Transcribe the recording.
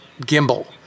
gimbal